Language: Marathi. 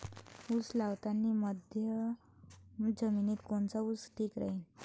उस लावतानी मध्यम जमिनीत कोनचा ऊस ठीक राहीन?